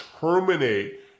terminate